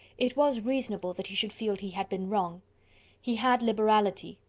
it was reasonable that he should feel he had been wrong he had liberality,